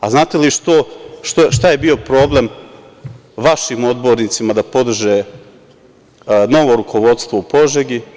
A znate li šta je bio problem vašim odbornicima da podrže novo rukovodstvo u Požegi?